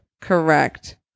Correct